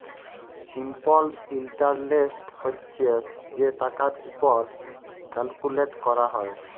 simple interest হছে যে টাকার উপর ক্যালকুলেট ক্যরা হ্যয়